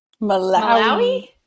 Malawi